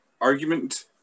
argument